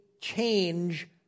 change